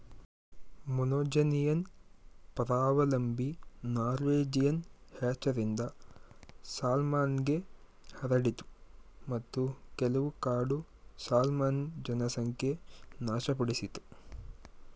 monogenean ಪರಾವಲಂಬಿ ನಾರ್ವೇಜಿಯನ್ ಹ್ಯಾಚರಿಂದ ಸಾಲ್ಮನ್ಗೆ ಹರಡಿತು ಮತ್ತು ಕೆಲವು ಕಾಡು ಸಾಲ್ಮನ್ ಜನಸಂಖ್ಯೆ ನಾಶಪಡಿಸಿತು